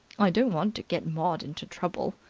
i don't want to get maud into trouble.